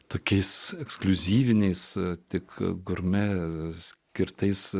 tokiais ekskliuzyviniais tik gurme skirtais